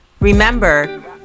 Remember